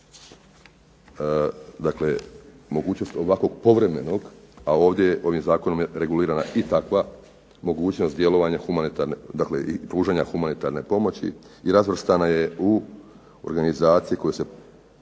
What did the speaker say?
dakle mogućnost ovakvog povremenog, a ovdje, ovim zakonom je regulirana i takva mogućnost djelovanja humanitarne, dakle pružanja humanitarne pomoći i razvrstana je u organizacije koje se